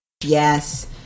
Yes